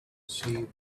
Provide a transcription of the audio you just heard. she